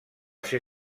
ser